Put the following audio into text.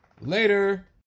Later